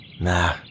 Nah